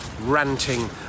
ranting